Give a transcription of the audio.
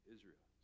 Israel